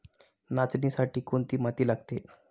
नाचणीसाठी कोणती माती लागते?